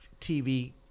TV